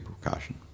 precaution